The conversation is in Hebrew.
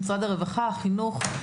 של משרד הרווחה והחינוך,